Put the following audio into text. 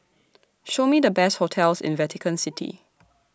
Show Me The Best hotels in Vatican City